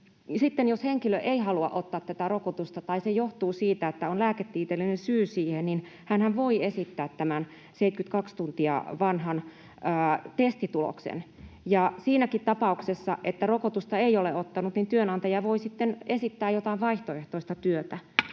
jos henkilö ei halua ottaa tätä rokotusta tai se johtuu siitä, että on lääketieteellinen syy siihen, niin hänhän voi esittää enintään 72 tuntia vanhan testituloksen, ja siinäkin tapauksessa, että rokotusta ei ole ottanut, työnantaja voi sitten esittää jotain vaihtoehtoista työtä.